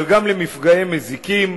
אבל גם למפגעי מזיקים,